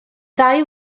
ddau